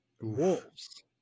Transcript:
wolves